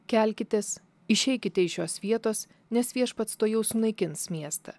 kelkitės išeikite iš šios vietos nes viešpats tuojau sunaikins miestą